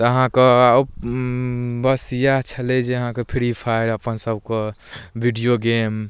तऽ अहाँके बस इएह छलै जे अहाँके फ्री फायर अपनसभके वीडिओ गेम